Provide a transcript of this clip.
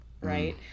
right